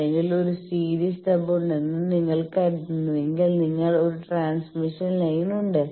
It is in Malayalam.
അല്ലെങ്കിൽ ഒരു സീരീസ് സ്റ്റബ് ഉണ്ടെന്ന് നിങ്ങൾ കരുതുന്നുവെങ്കിൽ നിങ്ങൾക്ക് ഒരു ട്രാൻസ്മിഷൻ ലൈൻ ഉണ്ട്